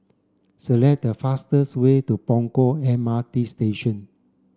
select the fastest way to Punggol M R T Station